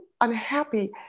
unhappy